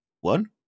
one